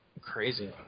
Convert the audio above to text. Crazy